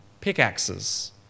pickaxes